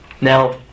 Now